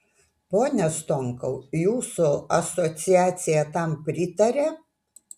pone stonkau jūsų asociacija tam pritaria